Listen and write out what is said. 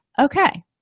Okay